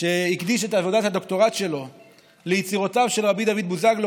שהקדיש את עבודת הדוקטורט שלו ליצירותיו של רבי דוד בוזגלו,